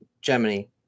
Germany